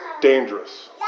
dangerous